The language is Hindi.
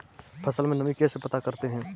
फसल में नमी कैसे पता करते हैं?